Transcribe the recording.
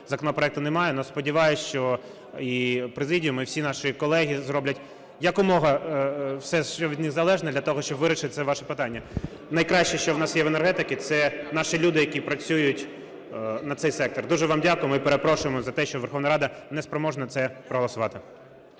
законопроекти немає, но, сподіваюсь, що і президія, і всі наші колеги зроблять якомога… все, що від них залежне, для того, щоб вирішити це ваше питання. Найкраще, що в нас є в енергетиці, це наші люди, які працюють на цей сектор. Дуже вам дякуємо і перепрошуємо за те, що Верховна Рада не спроможна це проголосувати.